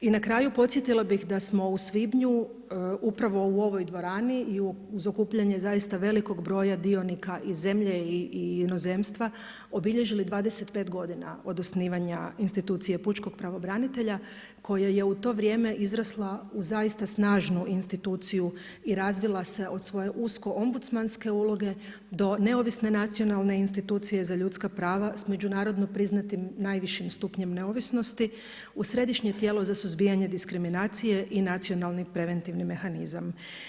I na kraju, podsjetila bih da smo u svibnju, upravo u ovoj dvorani i uz okupljanje, zaista velikog broja dionika iz zemlje i inozemstva, obilježili 25 g. od osnivanja institucija Pučkog pravobranitelja, koja je u to vrijeme izrasla u zaista snažnu instituciju i razvila se od svoje usko … uloge do neovisne nacionalne institucije za ljudska prava s međunarodnim priznatim najvišim stupnjem neovisnosti u središnje tijelo za suzbijanje diskriminacije i nacionalni preventivni mehanizam.